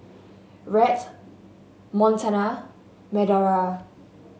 Rhett Montana Medora